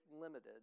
limited